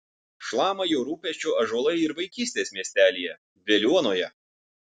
šlama jo rūpesčiu ąžuolai ir vaikystės miestelyje veliuonoje